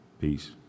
Peace